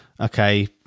okay